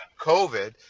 COVID